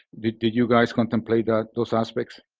did did you guys contemplate ah those aspects?